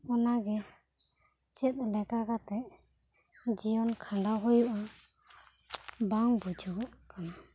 ᱚᱱᱟ ᱜᱮ ᱪᱮᱫ ᱞᱮᱠᱟ ᱠᱟᱛᱮᱫ ᱡᱤᱭᱚᱱ ᱠᱷᱟᱱᱰᱟᱣ ᱦᱩᱭᱩᱜᱼᱟ ᱵᱟᱝ ᱵᱩᱡᱷᱟᱹᱣᱚᱜ ᱠᱟᱱᱟ